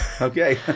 Okay